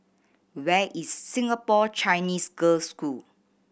where is Singapore Chinese Girls' School